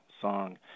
song